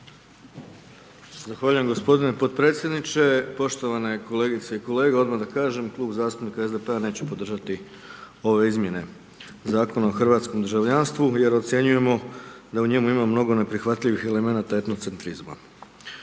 Zahvaljujem g. potpredsjedniče, poštovane kolegice i kolege. Odmah da kažem, Klub zastupnika SDP-a neće podržati ove izmjene Zakona o hrvatskom državljanstvu, jer ocjenjujemo da u njemu ima mnogo neprihvatljivih elemenata etnocentrizma.